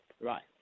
Right